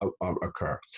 occur